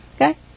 Okay